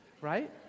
Right